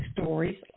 stories